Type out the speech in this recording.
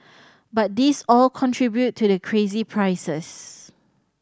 but these all contribute to the crazy prices